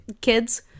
kids